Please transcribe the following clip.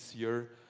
year,